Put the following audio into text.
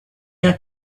are